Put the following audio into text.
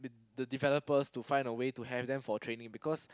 the developers to find a way to have them for training because